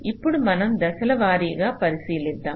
ఇప్పుడు మనం దశల వారీగా పరిశీలిద్దాం